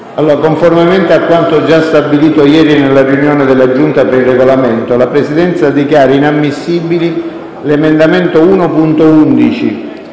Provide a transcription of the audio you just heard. Conformemente a quanto già stabilito ieri nella riunione della Giunta per il Regolamento, la Presidenza dichiara inammissibili l'emendamento 1.11,